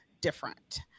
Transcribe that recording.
different